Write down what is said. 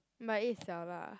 but I eat 小辣